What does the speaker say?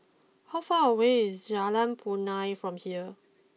how far away is Jalan Punai from here